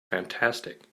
fantastic